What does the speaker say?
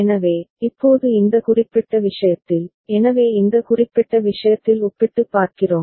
எனவே இப்போது இந்த குறிப்பிட்ட விஷயத்தில் எனவே இந்த குறிப்பிட்ட விஷயத்தில் ஒப்பிட்டுப் பார்க்கிறோம்